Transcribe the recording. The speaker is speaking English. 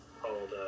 called